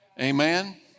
amen